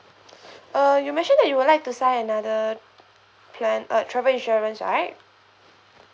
uh you mention that you would like to sign another plan uh travel insurance right